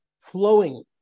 flowing